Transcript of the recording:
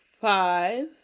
five